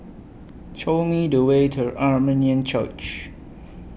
Show Me The Way to Armenian Church